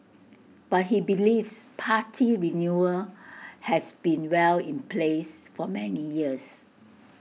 but he believes party renewal has been well in place for many years